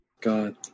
God